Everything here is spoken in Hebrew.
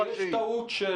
קודם כול, יש טעות של